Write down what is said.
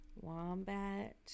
Wombat